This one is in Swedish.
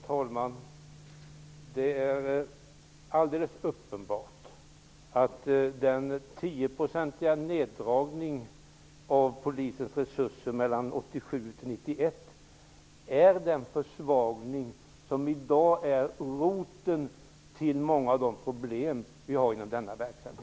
Herr talman! Det är alldeles uppenbart att den 10 procentiga neddragningen av polisens resurser mellan 1987--1991 är den försvagning som i dag är roten till många av de problem som finns inom denna verksamhet.